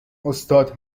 استاد